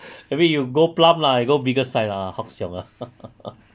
mean you grow plump lah you grow bigger size ah ah hock siong lah